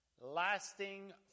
lasting